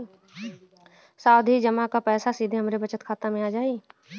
सावधि जमा क पैसा सीधे हमरे बचत खाता मे आ जाई?